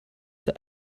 der